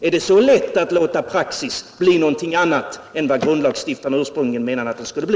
Är det så lätt att låta praxis bli någonting annat än vad grundlagsstiftarna ursprungligen menat att den skulle bli?